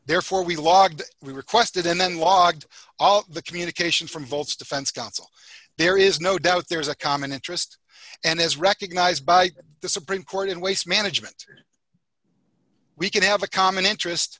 therefore we logged we requested and then logged all the communication from vaults defense council there is no doubt there is a common interest and is recognised by the supreme court in waste management we can have a common interest